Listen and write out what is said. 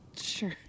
Sure